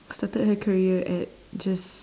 started her career at just